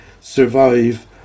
survive